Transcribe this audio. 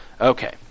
Okay